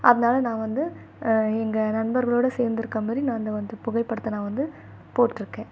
அதனால் நான் வந்து எங்கள் நண்பர்களோட சேர்ந்து இருக்க மாதிரி நான் வந்து புகைப்படத்தை நான் வந்து போட்டிருக்கேன்